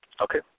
okay